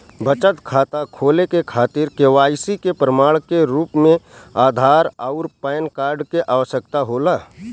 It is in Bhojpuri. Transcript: बचत खाता खोले के खातिर केवाइसी के प्रमाण के रूप में आधार आउर पैन कार्ड के आवश्यकता होला